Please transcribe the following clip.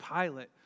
Pilate